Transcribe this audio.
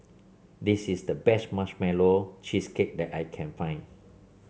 this is the best Marshmallow Cheesecake that I can find